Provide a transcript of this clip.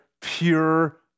pure